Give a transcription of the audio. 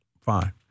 fine